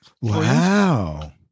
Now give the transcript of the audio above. Wow